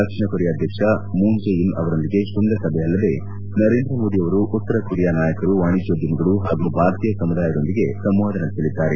ದಕ್ಷಿಣ Korea ಅಧ್ಯಕ್ಷ Moon Jae In ಅವರೊಂದಿಗಿನ ಶೃಂಗಸಭೆ ಅಲ್ಲದೆ ನರೇಂದ್ರ ಮೋದಿಯವರು ಉತ್ತರ ಕೊರಿಯಾ ನಾಯಕರು ವಾಣಿಜ್ಣೋದ್ಯಮಿಗಳು ಹಾಗೂ ಭಾರತೀಯ ಸಮುದಾಯದೊಂದಿಗೆ ಸಂವಾದ ನಡೆಸಲಿದ್ದಾರೆ